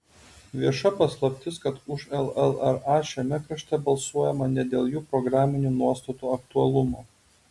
vieša paslaptis kad už llra šiame krašte balsuojama ne dėl jų programinių nuostatų aktualumo